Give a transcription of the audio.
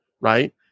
right